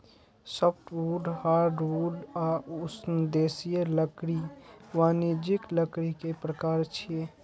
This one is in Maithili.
सॉफ्टवुड, हार्डवुड आ उष्णदेशीय लकड़ी वाणिज्यिक लकड़ी के प्रकार छियै